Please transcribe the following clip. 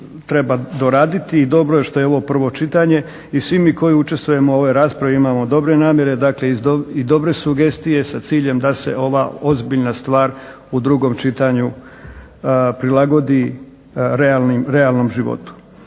treba doraditi i dobro je što je ovo prvo čitanje. I svi mi koji učestvujemo u ovoj raspravi imamo dobre namjere, dakle i dobre sugestije sa ciljem da se ova ozbiljna stvar u drugom čitanju prilagodi realnom životu.